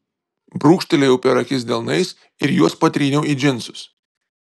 brūkštelėjau per akis delnais ir juos patryniau į džinsus